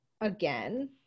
again